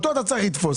אותו אתה צריך לתפוס